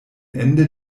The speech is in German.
ende